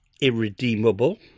irredeemable